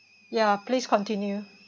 ya please continue